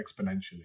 exponentially